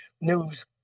news